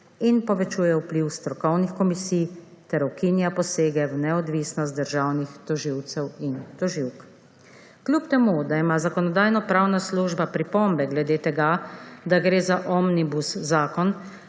in povečuje vpliv strokovnih komisij ter ukinja posege v neodvisnost državnih tožilcev in tožilk. Kljub temu, da ima Zakonodajno-pravna služba pripombe glede tega, da gre za omnibus zakon,